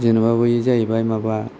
जेन'बा बै जाहैबाय माबा